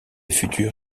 futur